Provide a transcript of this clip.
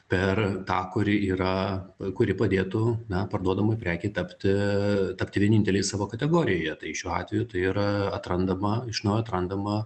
per tą kuri yra kuri padėtų na parduodamai prekei tapti tapti vieninteliai savo kategorijoje tai šiuo atveju tai yra atrandama iš naujo atrandama